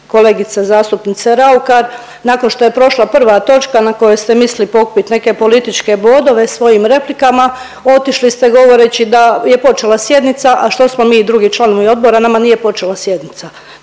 kolegice zastupnice Raukar. Nakon što je prošla prva točka na kojoj ste mislili pokupiti neke političke bodove svojim replikama otišli ste govoreći da je počela sjednica, a što smo mi drugi članovi odbora nama nije počela sjednica.